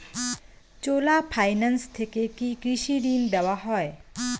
চোলা finance থেকে কি কৃষি ঋণ দেওয়া হয়?